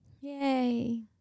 Yay